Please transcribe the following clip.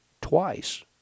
twice